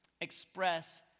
express